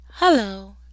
Hello